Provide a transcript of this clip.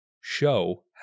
show